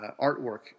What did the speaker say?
artwork